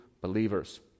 believers